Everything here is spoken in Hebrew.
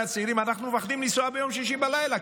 אנחנו מפחדים לנסוע ביום שישי בלילה,